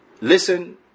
listen